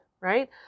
Right